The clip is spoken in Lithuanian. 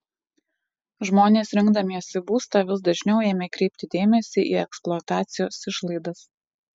žmonės rinkdamiesi būstą vis dažniau ėmė kreipti dėmesį į eksploatacijos išlaidas